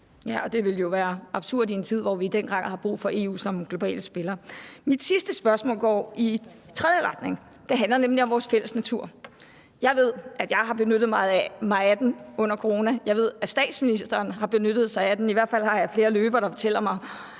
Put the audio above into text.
det ville jo være absurd i en tid, hvor vi i den grad har brug for EU som en global spiller. Mit sidste spørgsmål går i en tredje retning, for det handler nemlig om vores fælles natur. Jeg ved, at jeg har benyttet mig af den under corona, og jeg ved, at statsministeren har benyttet sig af den, og jeg tror, det er tilfældet for